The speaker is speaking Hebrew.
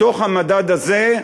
בתוך המדד הזה,